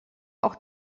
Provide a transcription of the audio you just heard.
auch